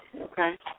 Okay